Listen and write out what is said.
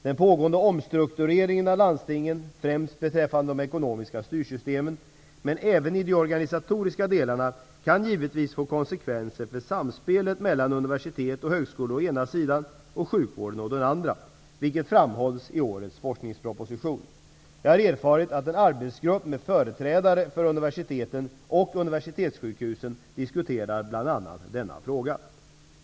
Den pågående omstruktureringen av landstingen, främst beträffande de ekonomiska styrsystemen men även i de organisatoriska delarna, kan givetvis få konsekvenser för samspelet mellan universitet och högskolor å ena sidan och sjukvården å den andra, vilket framhölls i årets forskningsproposition. Jag har erfarit att en arbetsgrupp med företrädare för universiteten och universitetssjukhusen diskuterar bl.a. denna fråga.